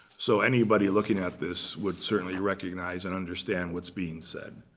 so anybody looking at this would certainly recognize and understand what's being said.